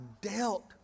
dealt